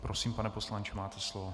Prosím, pane poslanče, máte slovo.